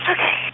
Okay